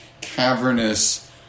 cavernous